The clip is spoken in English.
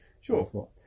Sure